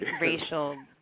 racial